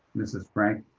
mr. frank,